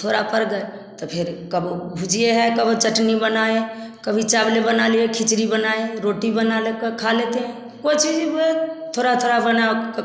थोड़ा पड़ गया तो फिर कभो भुजिया है कभो चटनी बनाए कभी चावल ही बना लिए खिचड़ी बनाए रोटी बना ले कर खा लेते है कुछ भी थोड़ा थोड़ा बना